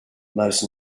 most